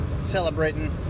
celebrating